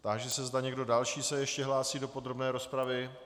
Táži se, zda někdo další se ještě hlásí do podrobné rozpravy.